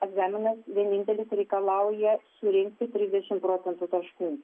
egzaminas vienintelis reikalauja surinkti trisdešimt procentų taškų